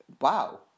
Wow